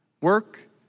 work